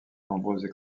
nombreuses